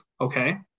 okay